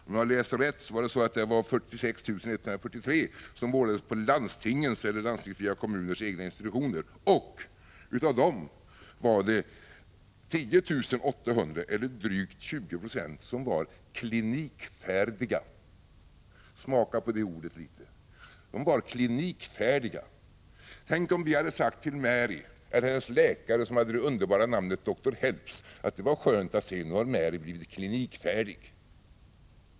Om jag läser rätt, var det 46 143 personer som vårdades på landstingens eller de landstingsfria kommunernas egna institutioner. Av dessa var det 10 800 eller drygt 20 26 som var ”klinikfärdiga”. Smaka litet på det ordet! De var klinikfärdiga. Tänk om vi hade sagt till Mary eller till hennes läkare, som hade det underbara namnet Helps, att det var skönt att se att Mary nu hade blivit klinikfärdig.